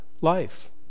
life